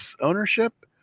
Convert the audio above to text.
Ownership